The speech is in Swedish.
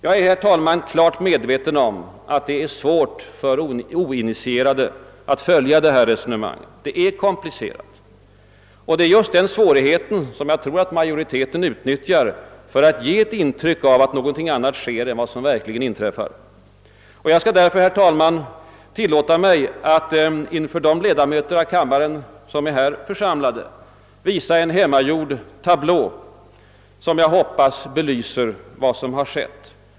Jag är, herr talman, klart medveten om att det är svårt för oinitierade att följa det här resonemanget. Det är komplicerat, och jag tror att majoriteten utnyttjar just den svårigheten för att ge ett intryck av att någonting annat sker än vad som verkligen inträffar. Jag skall därför, herr talman, tillåta mig att för de ledamöter av kammaren som är här församlade visa en hemmagjord tablå, som jag hoppas belyser vad som har skett.